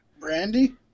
Brandy